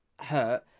hurt